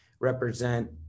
represent